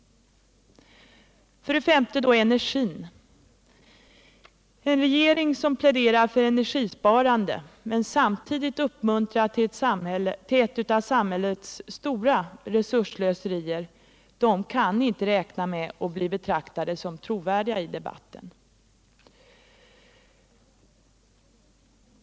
För det femte: energin. En regering som pläderar för energisparande men samtidigt uppmuntrar till ett av samhällets stora resursslöserier kan inte räkna med att bli betraktad som särskilt trovärdig i debatten.